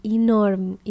enorme